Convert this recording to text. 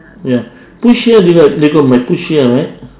ya push here lei ge lei go mai push here right